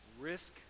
risk